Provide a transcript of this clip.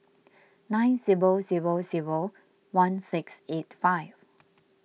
nine zero zero zero one six eight five